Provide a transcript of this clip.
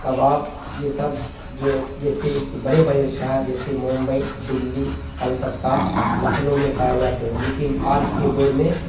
کباب یہ سب جو جیسے کہ بڑے بڑے شہر جیسے ممبئی دلی کلکتہ لکھنؤ میں پائے جاتے ہیں لیکن آج کے دور میں